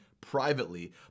privately